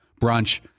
brunch